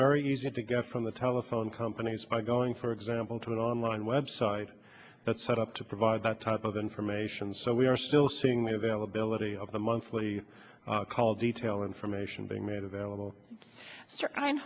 very easy to get from the telephone companies by going for example to an online website that's set up to provide that type of information so we are still seeing the availability of the monthly call detail information being made available